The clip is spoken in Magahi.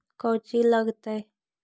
कौची लगतय?